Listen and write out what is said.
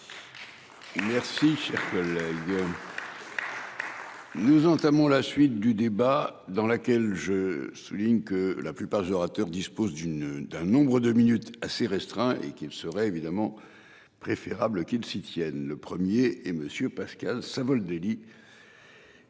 Merci. RTL. IBM. Nous entamons la suite du débat dans laquelle je souligne que la plupart des orateurs dispose d'une, d'un nombre de minutes assez restreint et qu'il serait évidemment. Préférable qu'ils s'y tiennent le 1er et monsieur Pascal Savoldelli.